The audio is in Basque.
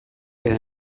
edo